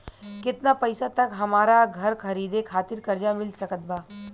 केतना पईसा तक हमरा घर खरीदे खातिर कर्जा मिल सकत बा?